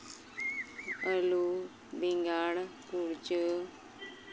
ᱟᱹᱞᱩ ᱵᱮᱸᱜᱟᱲ ᱠᱩᱲᱪᱟᱹ